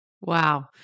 Wow